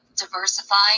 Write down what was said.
Diversifying